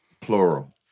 Plural